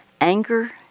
Anger